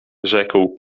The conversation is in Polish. rzekł